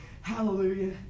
Hallelujah